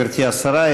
גברתי השרה,